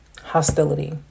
hostility